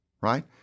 right